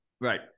Right